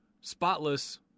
spotless